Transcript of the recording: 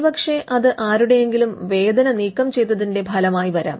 ഒരു പക്ഷേ അത് ആരുടെയെങ്കിലും വേദന നീക്കം ചെയ്തതിന്റെ ഫലമായിവരാം